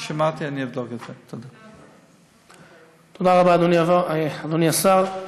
תודה רבה, אדוני השר.